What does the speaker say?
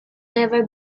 never